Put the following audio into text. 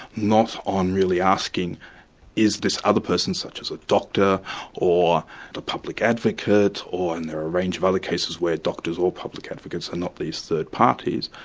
not on really asking is this other person, such as a doctor or the public advocate, or, and there are a range of other cases where doctors or public advocates, and not least the parties,